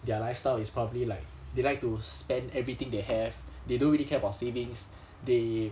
their lifestyle is probably like they like to spend everything they have they don't really care about savings they